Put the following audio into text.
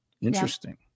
interesting